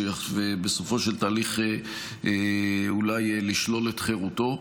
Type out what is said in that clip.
ובסופו של התהליך אולי לשלול את חירותו.